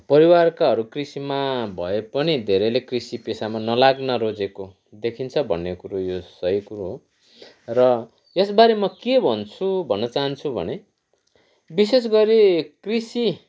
परिवारकाहरू कृषिमा भए पनि धेरैले कृषि पेसामा नलाग्न रोजेको देखिन्छ भन्ने कुरो यो सही कुरो हो र यसबारे म के भन्छु भन्न चाहन्छु भने विशेष गरी कृषि